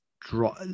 draw